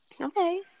Okay